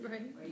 Right